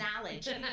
knowledge